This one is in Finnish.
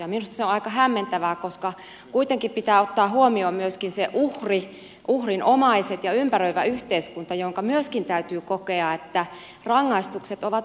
minusta se on aika hämmentävää koska kuitenkin pitää ottaa huomioon myöskin se uhri uhrin omaiset ja ympäröivä yhteiskunta jonka myöskin täytyy kokea että rangaistukset ovat oikeudenmukaisia